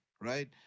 right